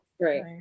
right